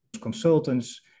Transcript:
consultants